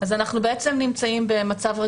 אנחנו חוזרים לסעיף קטן (1),